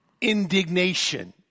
indignation